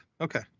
Okay